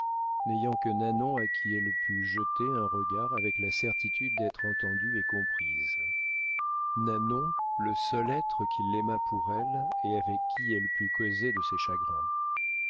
n'ayant que nanon à qui elle pût jeter un regard avec la certitude d'être entendue et comprise nanon le seul être qui l'aimât pour elle et avec qui elle pût causer de ses chagrins